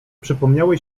przypomniały